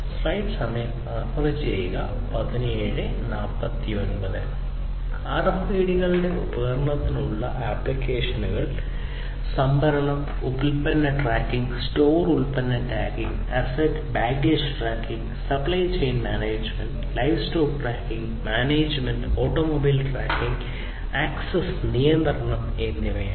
ആർഎഫ്ഐഡികളുടെ ഉപയോഗത്തിനുള്ള ആപ്ലിക്കേഷനുകൾ സംഭരണം ഉൽപ്പന്ന ട്രാക്കിംഗ് സ്റ്റോർ ഉൽപ്പന്ന tracking asset baggage tracking supply chain management livestock tracking management automobile tracking access നിയന്ത്രണം എന്നിവയാണ്